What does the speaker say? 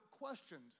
questioned